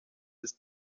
this